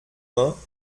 vingts